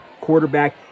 quarterback